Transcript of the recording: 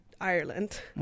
Ireland